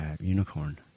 Unicorn